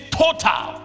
total